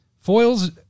foils